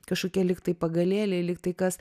kažkokie lyg tai pagalėliai lyg tai kas